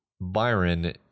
Byron